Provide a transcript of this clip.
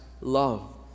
love